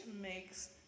makes